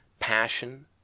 passion